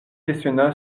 questionna